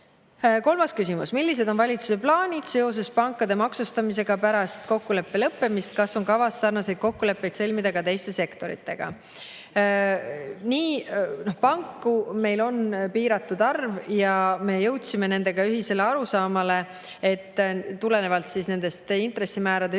Kolmas küsimus: "Millised on valitsuse plaanid seoses pankade maksustamisega pärast kokkuleppe kehtivusaja lõppemist? Kas on kavas sarnaseid kokkuleppeid sõlmida ka teiste sektoritega?" Panku on meil piiratud arv ja me jõudsime nendega ühisele arusaamale, et tulenevalt intressimäärade hüppelisest